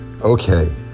Okay